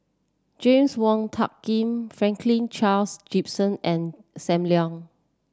James Wong Tuck Yim Franklin Charles Gimson and Sam Leong